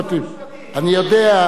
בתור